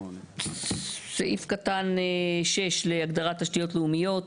סעיף קטן (6) להגדרת תשתיות לאומיות.